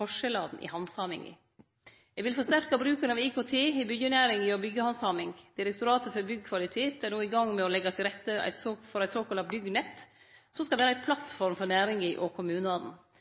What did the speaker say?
forskjellane i handsaminga. Eg vil forsterke bruken av IKT i byggjenæringa og byggjehandsaminga. Direktoratet for byggkvalitet er no i gang med å leggje til rette for eit såkalla ByggNett, som skal vere ei plattform for næringa og kommunane.